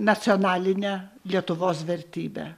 nacionalinė lietuvos vertybė